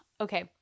okay